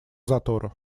затора